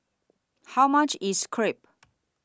How much IS Crepe